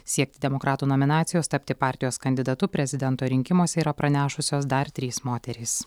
siekti demokratų nominacijos tapti partijos kandidatu prezidento rinkimuose yra pranešusios dar trys moterys